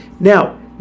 Now